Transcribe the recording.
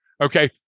Okay